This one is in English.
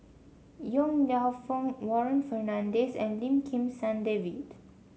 Yong Lew Foong Warren Fernandez and Lim Kim San David